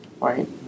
right